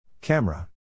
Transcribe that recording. Camera